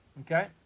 okay